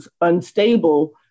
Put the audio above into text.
unstable